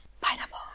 Pineapple